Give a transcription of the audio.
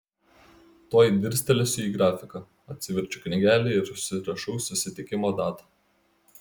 tuoj dirstelėsiu į grafiką atsiverčiu knygelę ir užsirašau susitikimo datą